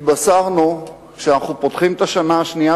התבשרנו שאנחנו פותחים את השנה השנייה